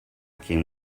came